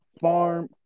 Farm